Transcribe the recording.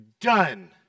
done